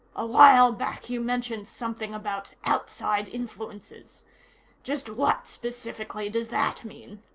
a while back you mentioned something about outside influences just what, specifically, does that mean?